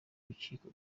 urukiko